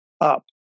up